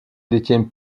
détient